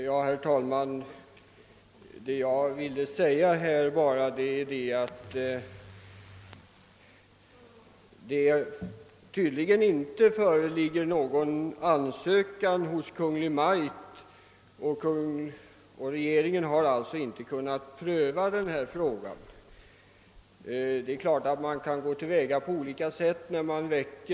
Herr talman! Det föreligger tydligen inte någon ansökan till Kungl. Maj:t, som alltså inte kunnat pröva frågan. Man kan givetvis gå till väga på olika sätt då ett spörsmål väcks.